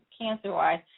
cancer-wise